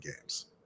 games